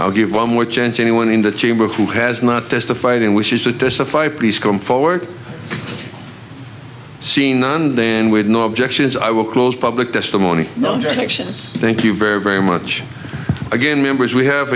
will give one more chance anyone in the chamber who has not testified and wishes to testify please come forward seeing none then with no objections i will close public testimony notations thank you very very much again members we have